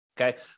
Okay